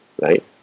right